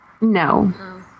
No